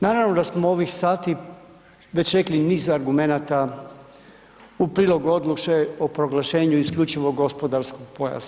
Naravno da smo u ovih sati već rekli niz argumenata u prilog odluke o proglašenju isključivog gospodarskog pojasa.